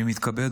אני מתכבד,